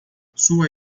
sua